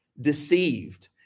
deceived